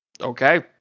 Okay